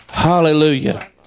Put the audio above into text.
Hallelujah